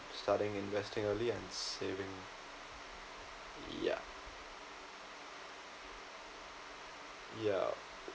starting investing early and saving ya ya